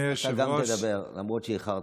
גם אתה תדבר, למרות שאיחרת,